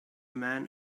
man